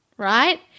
right